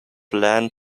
land